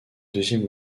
deuxième